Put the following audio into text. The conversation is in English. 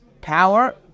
power